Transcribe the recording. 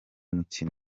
mukino